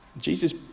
Jesus